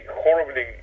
horribly